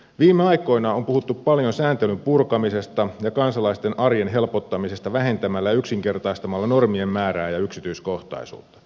viime aikoina on puhuttu paljon sääntelyn purkamisesta ja kansalaisten arjen helpottamisesta vähentämällä ja yksinkertaistamalla normien määrää ja yksityiskohtaisuutta